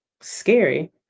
scary